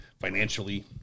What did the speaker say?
financially